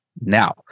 now